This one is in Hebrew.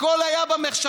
הכול היה במחשכים.